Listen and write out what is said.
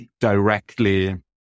directly